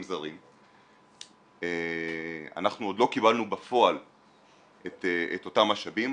זרים אנחנו עוד לא קיבלנו בפועל את אותם משאבים.